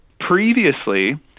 Previously